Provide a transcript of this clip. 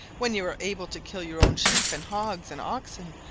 when you are able to kill your own sheep, and hogs, and oxen,